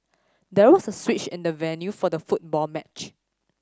there was a switch in the venue for the football match